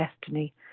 destiny